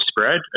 spread